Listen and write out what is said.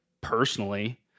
personally